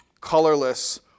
colorless